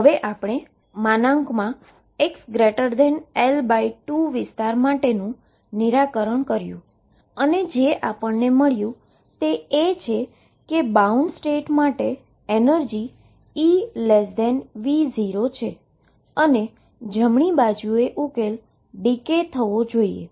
તો આપણે xL2 વિસ્તાર માટેનુ નિરાકરણ કર્યું છે અને અમને જે મળ્યું છે તે છે કે બાઉન્ડ સ્ટેટ માટે એનર્જી EV0 છે અને જમણી બાજુએ ઉકેલ ડીકે થવો જોઈએ